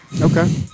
Okay